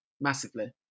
massively